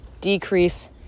decrease